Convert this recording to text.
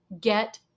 Get